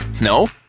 No